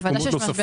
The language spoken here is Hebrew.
בוודאי שיש משבר.